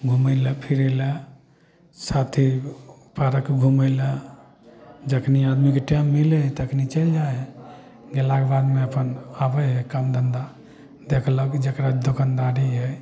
घुमैले फिरैले साथी पार्क घुमैले जखन आदमीके टाइम मिलै हइ तखन चलि जाइ हइ गेलाके बादमे अपन आबै हइ काम धन्धा देखलक जकर दोकानदारी हइ